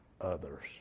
others